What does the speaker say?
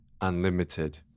unlimited